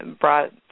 brought